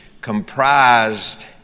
comprised